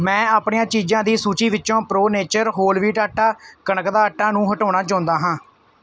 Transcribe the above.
ਮੈਂ ਆਪਣੀਆਂ ਚੀਜ਼ਾਂ ਦੀ ਸੂਚੀ ਵਿੱਚੋਂ ਪ੍ਰੋ ਨੇਚਰ ਹੋਲ ਵੀਟ ਆਟਾ ਕਣਕ ਦਾ ਆਟਾ ਨੂੰ ਹਟਾਉਣਾ ਚਾਹੁੰਦਾ ਹਾਂ